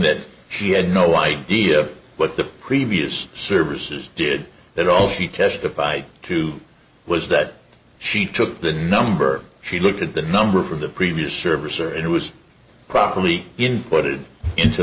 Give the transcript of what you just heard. that she had no idea what the previous services did that all she testified to was that she took the number she looked at the number of the previous service or it was properly inputted into